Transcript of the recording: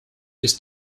ist